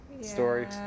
story